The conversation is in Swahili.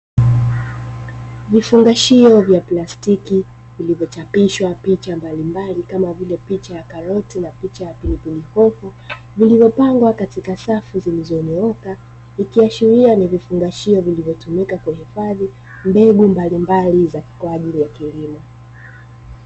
Vifungashio vya plastiki vilivyo chapishwa picha mbalimbali kama vile picha ya karoti na picha ya pilipili hoho, vilivyopangwa katika safu zilizonyooka ikiashiria ni vifungashio vilivyotumika kuhifadhi mbegu mbalimbali kwa ajili ya kilimo.